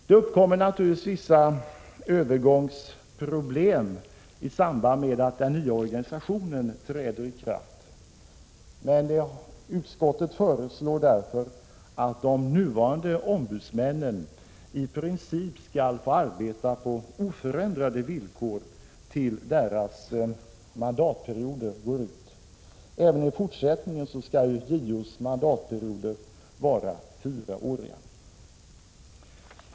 Det uppkommer naturligtvis vissa övergångsproblem i samband med att den nya organisationen träder i kraft. Utskottet föreslår därför att de nuvarande ombudsmännen i princip skall få arbeta på oförändrade villkor tills deras mandatperioder går ut. Även i fortsättningen skall ju JO:s mandatperioder vara fyraåriga.